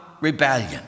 rebellion